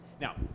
Now